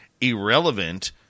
irrelevant